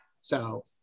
So-